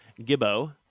Gibbo